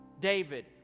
David